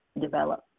develop